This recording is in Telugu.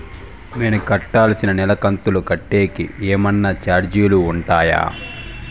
నేను కట్టాల్సిన నెల కంతులు కట్టేకి ఏమన్నా చార్జీలు ఉంటాయా?